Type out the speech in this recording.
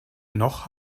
noch